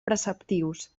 preceptius